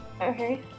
Okay